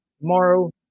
tomorrow